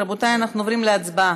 רבותי, אנחנו עוברים להצבעה.